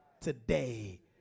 today